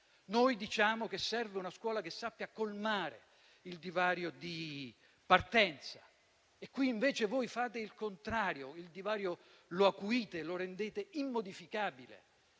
Noi diciamo che serve una scuola che sappia colmare il divario di partenza. Qui invece voi fate il contrario: acuite e rendete immodificabile